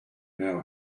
now